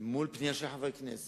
עשרה חודשים מול פנייה של חבר כנסת.